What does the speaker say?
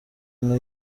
اینو